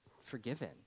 forgiven